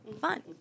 fun